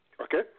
Okay